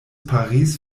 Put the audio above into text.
paris